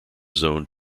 zoned